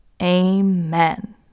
Amen